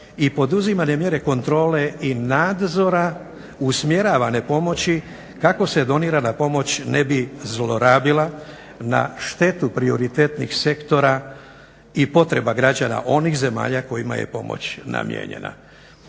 i poduzimane mjere kontrole i nadzora usmjeravane pomoći kako se donirana pomoć ne bi zlorabila na štetu prioritetnih sektora i potreba građana onih zemalja kojima je pomoć namijenjena.